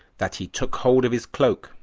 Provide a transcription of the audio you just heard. that he took hold of his cloak,